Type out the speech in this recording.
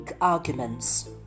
arguments